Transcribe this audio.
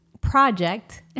project